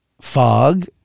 fog